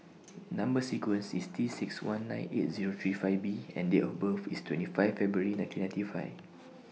Number sequence IS T six one nine eight Zero three five B and Date of birth IS twenty five February nineteen ninety five